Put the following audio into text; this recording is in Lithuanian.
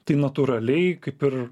tai natūraliai kaip ir